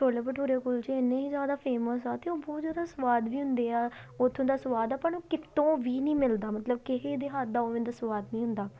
ਛੋਲੇ ਭਟੂਰੇ ਕੁਲਚੇ ਇੰਨੇ ਹੀ ਜ਼ਿਆਦਾ ਫੇਮਸ ਆ ਅਤੇ ਉਹ ਬਹੁਤ ਜ਼ਿਆਦਾ ਸਵਾਦ ਵੀ ਹੁੰਦੇ ਆ ਉੱਥੋਂ ਦਾ ਸਵਾਦ ਆਪਾਂ ਨੂੰ ਕਿਤੇ ਵੀ ਨਹੀਂ ਮਿਲਦਾ ਮਤਲਬ ਕਿਸੇ ਦੇ ਹੱਥ ਦਾ ਉਵੇਂ ਦਾ ਸਵਾਦ ਨਹੀਂ ਹੁੰਦਾ